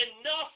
enough